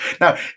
Now